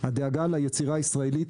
הדאגה ליצירה הישראלית,